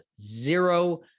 zero